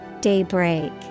Daybreak